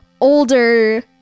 Older